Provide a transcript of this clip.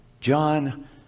John